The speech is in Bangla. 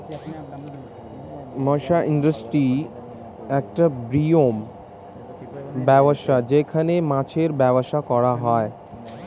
মৎস্য ইন্ডাস্ট্রি একটা বৃহত্তম ব্যবসা যেখানে মাছের ব্যবসা করা হয়